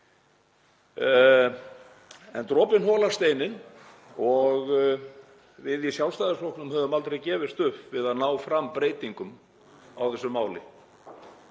En dropinn holar steininn og við í Sjálfstæðisflokknum höfum aldrei gefist upp við að ná fram breytingum á þessu máli.